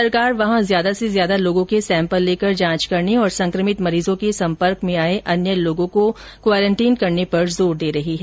सरकार वहां ज्यादा से ज्यादा लोगों के सैम्पल लेकर जांच करने और संक्रमित मरीजों के सम्पर्क में आये अन्य लोगों को क्वारेंटाइन करने पर जोर दे रही है